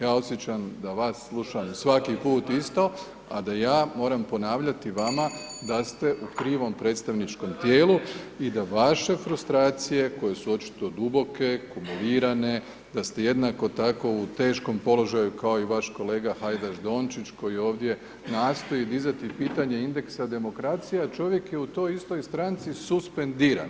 Ja osjećam da vas slušam svaki put isto a da ja moram ponavljati vama da ste u krivom predstavničkom tijelu i da vaše frustracije koje su očito duboke, kumulirane, da ste jednako tako u teškom položaju kao i vaš kolega Hajdaš Dončić koji ovdje nastoji dizati pitanje indeksa demokracije a čovjek je u toj istoj stranci suspendiran.